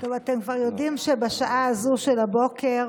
אתם כבר יודעים שבשעה הזאת של הבוקר